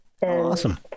Awesome